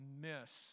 miss